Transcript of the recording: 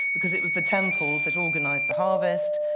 because it was the temples that organized the harvest,